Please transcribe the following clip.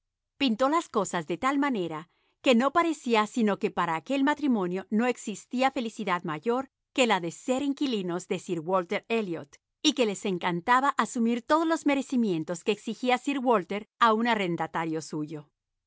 pintó las cosas de manera que no parecía sino que para aquel matrimonio no existía felicidad mayor que la de ser inquilinos de sir walter elliot y que les encantaba asumir todos los merecimientos que exigía sir walter a un arrendatario suyo